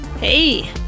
Hey